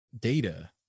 Data